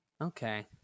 Okay